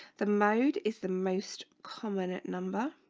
the mode is the most common at number